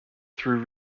through